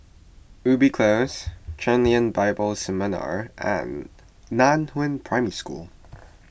Ubi Close Chen Lien Bible Seminary and Nan Hua Primary School